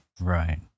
Right